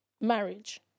marriage